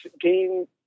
gain